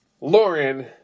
Lauren